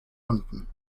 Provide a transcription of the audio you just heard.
unten